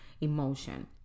emotion